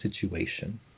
situation